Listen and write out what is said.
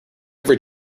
every